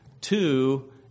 two